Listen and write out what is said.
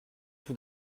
tout